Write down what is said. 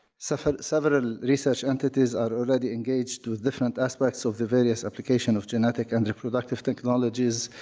several several research entities are already engaged to different aspects of the various application of genetic and reproductive technologies,